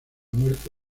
muerte